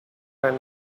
when